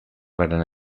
varen